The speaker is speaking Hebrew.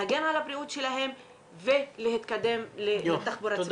להגן על הבריאות שלהם ולהתקדם לתחבורה ציבורית צודקת.